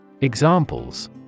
Examples